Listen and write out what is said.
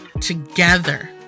together